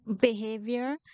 behavior